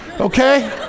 okay